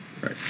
right